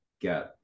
get